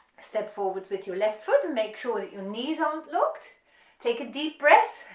step forward with your left foot and make sure that your knees aren't locked take a deep breath,